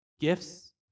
gifts